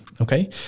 okay